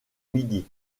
midi